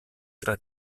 tra